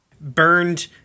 Burned